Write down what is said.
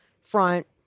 front